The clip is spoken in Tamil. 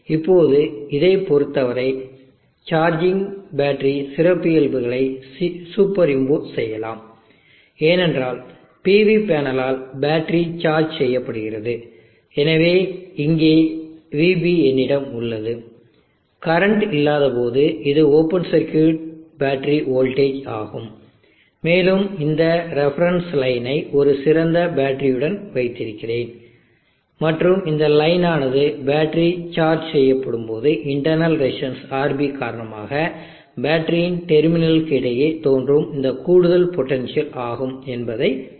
இப்போது இதைப் பொறுத்தவரை சார்ஜிங் பேட்டரி சிறப்பியல்புகளை சூப்பர் இம்போஸ் செய்யலாம் ஏனென்றால் PV பேனலால் பேட்டரி சார்ஜ் செய்யப்படுகிறது எனவே இங்கே vB என்னிடம் உள்ளது கரண்ட் இல்லாதபோது இது ஓபன் சர்க்யூட் பேட்டரி வோல்டேஜ் ஆகும் மேலும் இந்த ரெஃபரன்ஸ் லைனை ஒரு சிறந்த பேட்டரியுடன் வைத்திருக்கிறேன் மற்றும் இந்த லைன் ஆனது பேட்டரி சார்ஜ் செய்யப்படும்போது இன்டர்ணல் ரெசிஸ்டன்ஸ் RB காரணமாக பேட்டரியின் டெர்மினலுக்கு இடையே தோன்றும் இந்த கூடுதல் பொட்டன்ஷியல் ஆகும் என்பதை பார்த்தோம்